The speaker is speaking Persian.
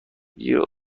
گیر